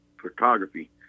Photography